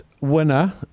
winner